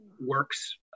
works